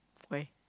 why